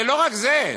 ולא רק זה,